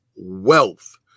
wealth